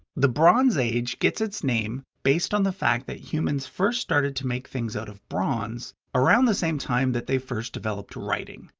the bronze age gets its name based on the fact that humans first started to make things out of bronze around the same time that they first developed writing.